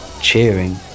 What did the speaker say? cheering